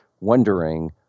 wondering